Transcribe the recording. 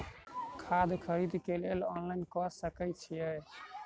खाद खरीदे केँ लेल ऑनलाइन कऽ सकय छीयै?